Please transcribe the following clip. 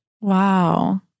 Wow